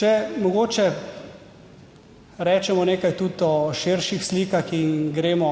Če mogoče rečemo nekaj tudi o širših slikah in gremo